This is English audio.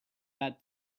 that